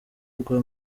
rwa